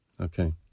Okay